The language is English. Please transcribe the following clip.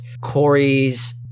Corey's